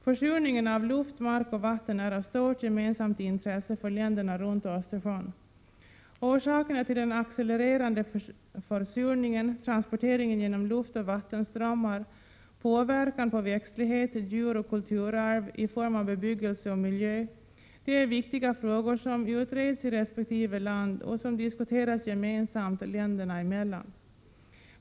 Försurningen av luft, mark och vatten är av stort gemensamt intresse för länderna runt Östersjön. Orsakerna till den accelererande försurningen, transporteringen genom luftoch vattenströmmar, påverkan på växtlighet, djur och kulturarv i form av bebyggelse och miljö är viktiga frågor som utreds i resp. land och diskuteras gemensamt länder emellan.